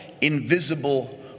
invisible